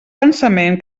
pensament